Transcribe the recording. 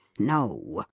no,